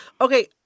Okay